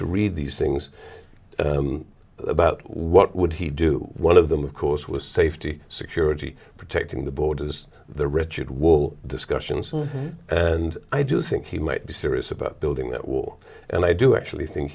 to read these things about what would he do one of them of course was safety security protecting the borders the richard wall discussions and i do think he might be serious about building that war and i do actually think